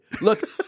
Look